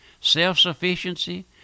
self-sufficiency